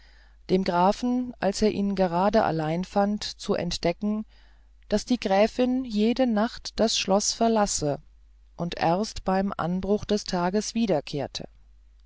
dem grafen als er ihn gerade allein fand zu entdecken daß die gräfin jede nacht das schloß verlasse und erst beim anbruch des tages wiederkehre